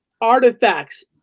artifacts